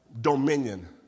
dominion